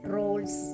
roles